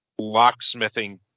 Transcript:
locksmithing